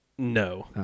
No